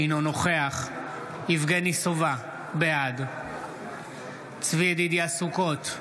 אינו נוכח יבגני סובה, בעד צבי ידידיה סוכות,